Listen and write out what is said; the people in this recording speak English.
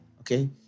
Okay